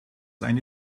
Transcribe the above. eine